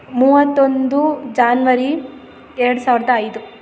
ಮೂವತ್ತೊಂದು ಜಾನ್ವರಿ ಎರಡು ಸಾವಿರದ ಐದು